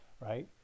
right